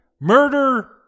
Murder